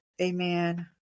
amen